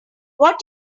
what